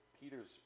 Peter's